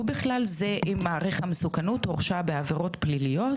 ובכלל זה אם מעריך המסוכנות הורשע בעבירה פלילית,